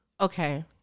Okay